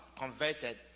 converted